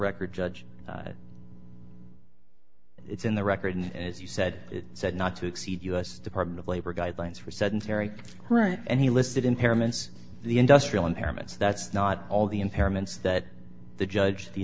record judge it's in the record and as you said it said not to exceed u s department of labor guidelines for sedentary right and he listed impairments the industrial impairments that's not all the impairments that the judge the